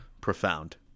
profound